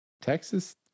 Texas